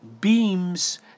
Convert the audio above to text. beams